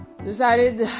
Decided